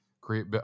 create